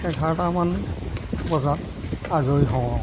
এঘাৰটামান বজাত আজৰি হওঁ আৰু